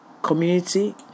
Community